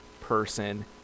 person